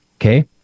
okay